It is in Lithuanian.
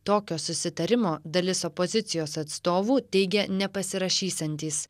tokio susitarimo dalis opozicijos atstovų teigia nepasirašysiantys